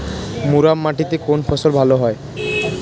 মুরাম মাটিতে কোন ফসল ভালো হয়?